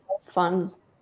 funds